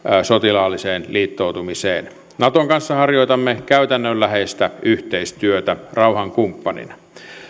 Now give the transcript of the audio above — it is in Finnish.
sotilaalliseen liittoutumiseen naton kanssa harjoitamme käytännönläheistä yhteistyötä rauhankumppanina